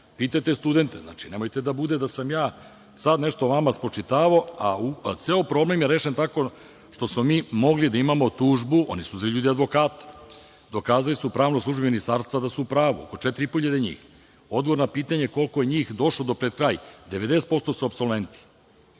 Pitajte studente. Nemojte da bude da sam ja sad nešto vama spočitavao, a ceo problem je rešen tako što smo mi mogli da imamo tužbu, oni su unajmili advokata. Dokazali su pravnoj službi ministarstva da su u pravu, 4.500 njih. Odgovor na pitanje koliko je njih došlo do pred kraj, 90% njih su apsolventi.